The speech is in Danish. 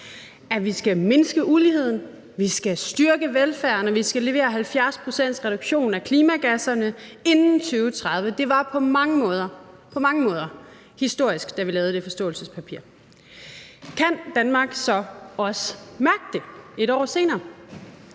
at vi skal mindske uligheden, at vi skal styrke velfærden, og at vi skal levere 70 pct.s reduktion af klimagasserne inden 2030. Det var på mange måder historisk, da vi lavede det forståelsespapir. Kan Danmark så også mærke det 1 år senere?